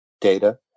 data